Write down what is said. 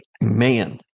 man